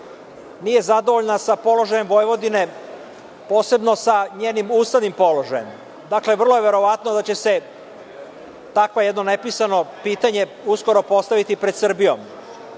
nije zadovoljna sa položajem Vojvodine, posebno sa njenim ustavnim položajem. Vrlo je verovatno da će se takvo jedno nepisano pitanje uskoro postaviti pred Srbijom.